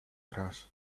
grass